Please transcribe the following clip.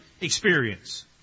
experience